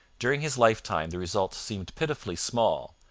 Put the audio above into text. during his lifetime the results seemed pitifully small,